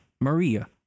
Maria